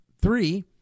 three